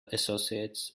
associates